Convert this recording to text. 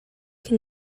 can